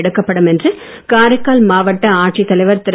எடுக்கப்படும் என்று காரைக்கால் மாவட்ட ஆட்சித் தலைவர் திரு